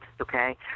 okay